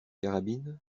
carabines